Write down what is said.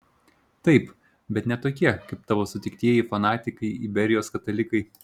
taip bet ne tokie kaip tavo sutiktieji fanatikai iberijos katalikai